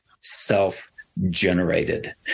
self-generated